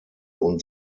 und